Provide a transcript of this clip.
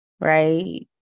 Right